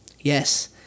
Yes